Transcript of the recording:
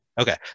Okay